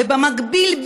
ובמקביל,